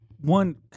One